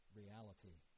reality